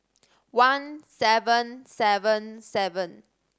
one seven seven seven